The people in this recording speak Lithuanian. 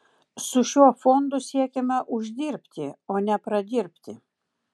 su šiuo fondu siekiame uždirbti o ne pradirbti